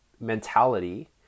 mentality